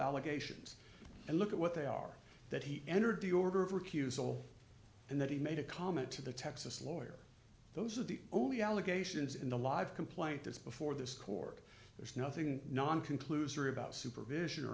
allegations and look at what they are that he entered the order of recusal and then he made a comment to the texas lawyer those are the only allegations in the live complaint that's before this court there's nothing non conclusory about supervision or